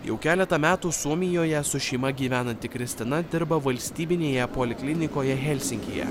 jau keletą metų suomijoje su šeima gyvenanti kristina dirba valstybinėje poliklinikoje helsinkyje